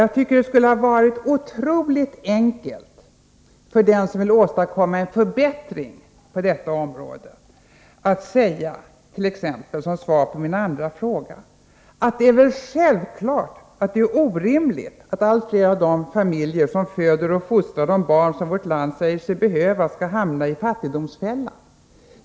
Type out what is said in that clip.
Jag tycker det skulle vara otroligt enkelt för den som vill åstadkomma en förbättring på detta område att som svar på min andra fråga t.ex. säga: Det är väl självklart att det är orimligt att allt fler av de familjer som föder och fostrar de barn som vårt land säger sig behöva skall hamna i fattigdomsfällan.